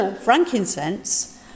Frankincense